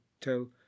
tell